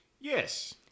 Yes